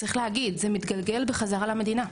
צריך להגיד: זה מתגלגל בחזרה למדינה.